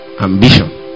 ambition